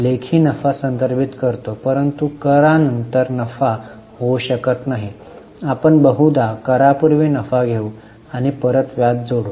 लेखी नफा संदर्भित करतो परंतु कर नंतर नफा होऊ शकत नाही आपण बहुधा करापूर्वी नफा घेऊ आणि परत व्याज जोडू